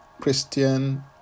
Christian